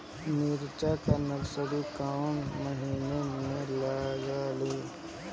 मिरचा का नर्सरी कौने महीना में लागिला?